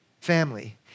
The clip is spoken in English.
family